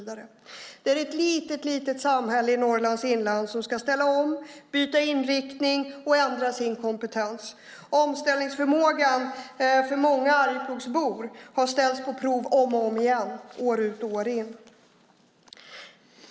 Det är ett litet samhälle i Norrlands inland som ska ställa om, byta inriktning och ändra sin kompetens. Omställningsförmågan har för många Arjeplogsbor satts på prov om och om igen, år ut och år in.